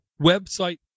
website